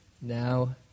now